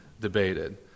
debated